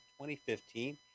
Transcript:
2015